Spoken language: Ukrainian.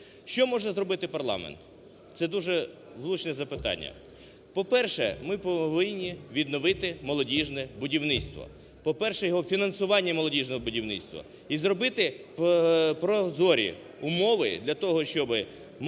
Що може зробити парламент? Це дуже влучне запитання. По-перше, ми повинні відновити молодіжне будівництво. По-перше, фінансування молодіжного будівництва і зробити прозорі умови для того, щоб молоді